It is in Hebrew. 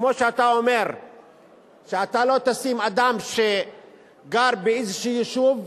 כמו שאתה אומר שאתה לא תשים אדם שגר באיזה יישוב,